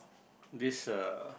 could this uh